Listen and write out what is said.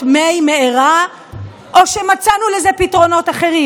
מי מארה או שמצאנו לזה פתרונות אחרים?